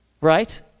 right